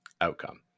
outcome